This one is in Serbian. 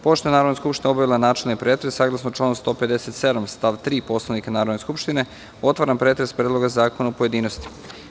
Pošto je Narodna skupština obavila načelni pretres, saglasno članu 157. stav 3. Poslovnika Narodne skupštine, otvaram pretres Predloga zakona u pojedinostima.